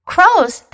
Crows